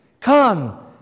Come